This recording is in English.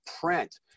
print